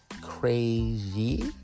crazy